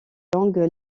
langue